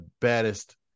baddest